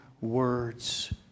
words